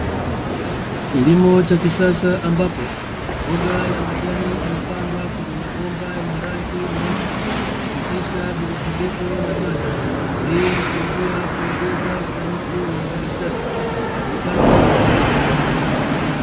KIlimo cha kisasa ambapo mboga ya majani imepandwa kwenye mabomba yenye rangi nyeupe, hupitisha virutubisho na maji. Hii husaidia kuongeza ufanisi wa uzalishaji na kipato kwa wakulima.